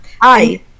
Hi